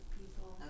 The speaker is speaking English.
people